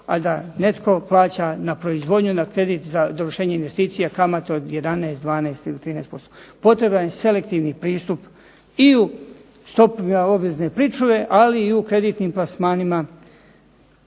a da netko plaća na proizvodnju na kredit za dovršenje investicija kamatu od 11, 12 ili 13%. Potreban je selektivni pristup i u stopama obvezne pričuve, ali i u kreditnim plasmanima.